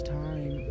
time